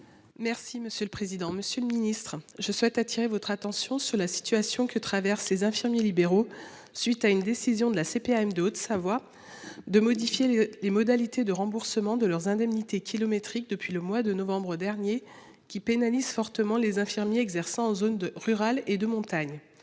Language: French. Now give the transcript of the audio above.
Merci monsieur le président, Monsieur le Ministre, je souhaite attirer votre attention sur la situation que traverse les infirmiers libéraux suite à une décision de la CPAM de Haute-Savoie de modifier les les modalités de remboursement de leurs indemnités kilométriques depuis le mois de novembre dernier qui pénalise fortement les infirmiers exerçant en zone de rurales et de montagne.